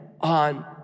on